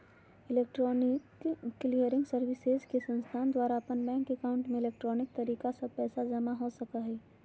electronic clearing services में कोई संस्थान द्वारा अपन बैंक एकाउंट में इलेक्ट्रॉनिक तरीका स्व पैसा जमा हो सका हइ